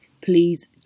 please